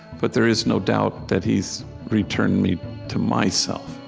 but there is no doubt that he's returned me to myself